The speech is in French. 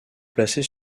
placés